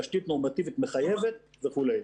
תשתית נורמטיבית מחייבת וכו'.